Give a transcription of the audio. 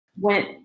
went